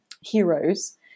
heroes